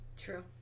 true